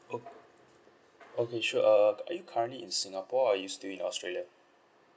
okay~ okay sure uh uh are you currently in singapore or are you still in australia